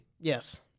Yes